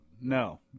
No